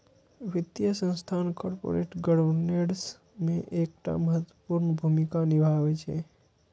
वित्तीय संस्थान corporate governance मे एकटा महत्वपूर्ण भूमिका निभाबै छै